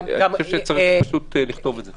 אני חושב שפשוט צריך לכתוב את זה.